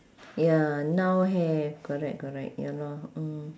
ya now have correct correct ya lor mm